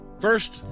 First